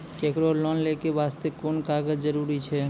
केकरो लोन लै के बास्ते कुन कागज जरूरी छै?